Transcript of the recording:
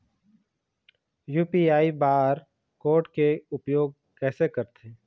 UPI bar code के उपयोग कैसे करथें?